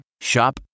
Shop